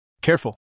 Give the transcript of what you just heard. Careful